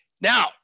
Now